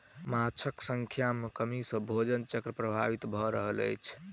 माँछक संख्या में कमी सॅ भोजन चक्र प्रभावित भ रहल अछि